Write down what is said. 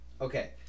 Okay